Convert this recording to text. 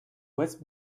west